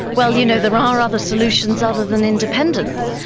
well, you know there ah are other solutions other than independence.